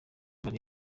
asaba